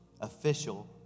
official